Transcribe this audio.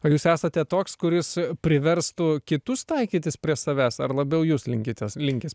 o jūs esate toks kuris priverstų kitus taikytis prie savęs ar labiau jūs linkitės linkęs